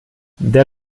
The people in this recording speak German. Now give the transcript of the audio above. der